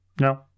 No